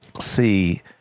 see